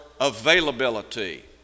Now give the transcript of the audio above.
availability